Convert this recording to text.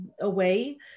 away